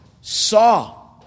saw